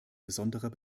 besonderer